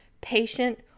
patient